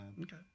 Okay